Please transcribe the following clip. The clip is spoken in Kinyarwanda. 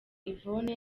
yvonne